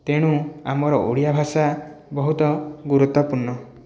ତେଣୁ ଆମର ଓଡ଼ିଆ ଭାଷା ବହୁତ ଗୁରୁତ୍ୱପୂର୍ଣ୍ଣ